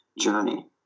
journey